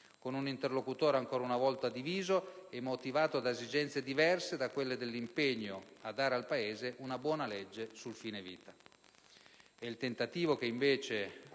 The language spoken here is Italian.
con un interlocutore ancora una volta diviso e motivato da esigenze diverse da quelle dell'impegno a dare al Paese una buona legge sul fine vita.